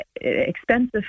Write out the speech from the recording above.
expensive